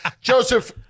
Joseph